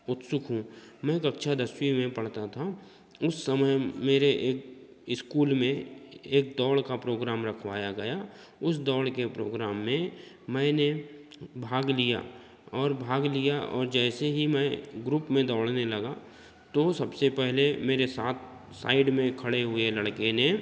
उत्सुक हूँ मैं कक्षा दसवीं में पढ़ता था उस समय मेरे स्कूल में एक दौड़ का प्रोग्राम रखवाया गया उस दौड़ के प्रोग्राम में मैंने भाग लिया और भाग लिया और जैसे ही मैं ग्रुप में दौड़ने लगा तो सबसे पहले मेरे साथ साइड में खड़े हुए लड़के ने